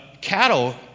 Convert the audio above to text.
cattle